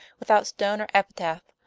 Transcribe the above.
without stone or epitaph,